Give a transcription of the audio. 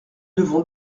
devons